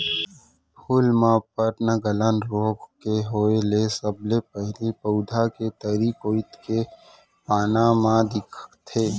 फूल म पर्नगलन रोग के होय ले सबले पहिली पउधा के तरी कोइत के पाना म दिखथे